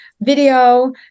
video